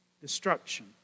destruction